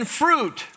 fruit